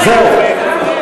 זהו.